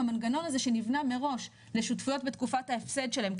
המנגנון הזה שנבנה מראש לשותפויות בתקופת ההפסד שלהם,